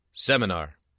Seminar